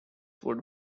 would